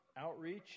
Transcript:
outreach